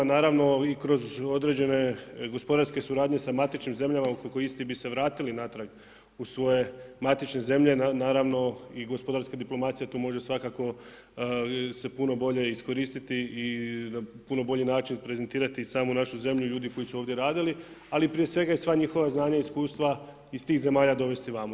Naravno i kroz određene gospodarske suradnje sa matičnim zemljama oko istih bi se vratili natrag u svoje matične zemlje, naravno i gospodarske diplomacije, tu može svakako se puno bolje iskoristiti i na puno bolji način prezentirati i samu našu zemlju i ljudi koji su ovdje radili, ali i prije svega i sva njihova znanja i iskustva iz tih zemalja dovesti ovamo.